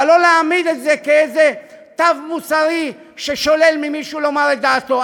אבל לא להעמיד את זה כאיזה תו מוסרי ששולל ממישהו לומר את דעתו.